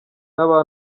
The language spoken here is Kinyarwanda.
n’aba